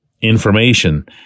information